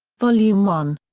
vol. yeah um one.